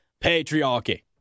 patriarchy